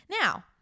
Now